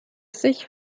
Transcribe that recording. sich